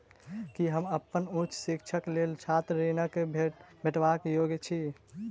की हम अप्पन उच्च शिक्षाक लेल छात्र ऋणक भेटबाक योग्य छी?